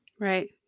Right